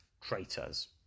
traitors